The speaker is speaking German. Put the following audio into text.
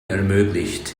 ermöglicht